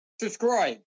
Subscribe